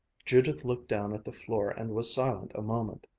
judith looked down at the floor and was silent a moment.